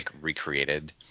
recreated